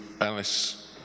Alice